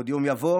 עוד יום יבוא